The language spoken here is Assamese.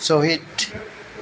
শ্বহীদ